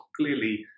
clearly